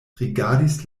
rigardis